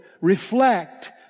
reflect